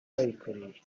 bayikoreye